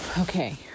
okay